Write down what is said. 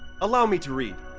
allow me to read!